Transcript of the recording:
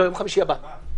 לא, ביום חמישי הבא.